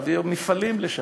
להעביר מפעלים לשם,